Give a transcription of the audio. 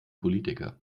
politiker